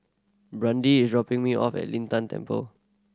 Brandee is dropping me off at Lin Tan Temple